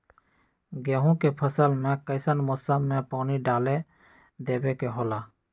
गेहूं के फसल में कइसन मौसम में पानी डालें देबे के होला?